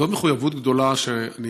זאת מחויבות גדולה שאני